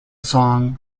song